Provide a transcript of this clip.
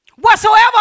Whatsoever